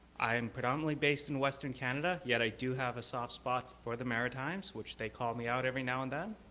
i'm predominantly based in western canada, yet i do have a soft spot for the maritimes, which they call me out every now and then.